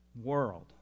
world